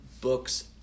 books